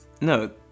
No